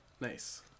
nice